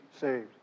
saved